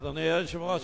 אדוני היושב-ראש,